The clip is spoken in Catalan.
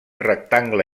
rectangle